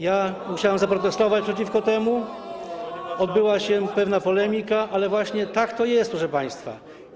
Ja musiałem zaprotestować przeciwko temu, odbyła się pewna polemika, ale właśnie tak to jest, proszę państwa.